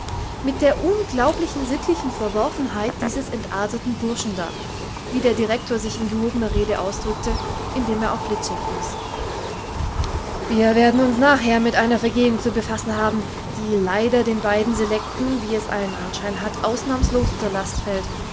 mit der unglaublichen sittlichen verworfenheit dieses entarten burschen da wie der direktor sich in gehobener rede ausdrückte indem er auf fliczek wies wir werden uns nachher mit einer vergehung zu befassen haben die leider den beiden selekten wie es allen anschein hat ausnahmslos zur last fällt